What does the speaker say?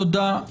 תודה.